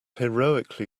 heroically